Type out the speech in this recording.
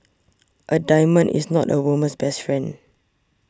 a diamond is not a woman's best friend